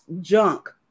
junk